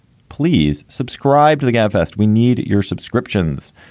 please subscribe to the gave us. we need your subscriptions.